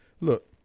look